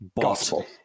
Gospel